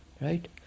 Right